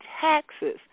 taxes